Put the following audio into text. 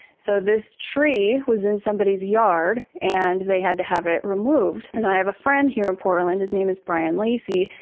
so, this tree was in somebody's yard and they had to have it removed. and i have a friend here in portland, his name is brian lacy,